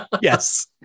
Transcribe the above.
Yes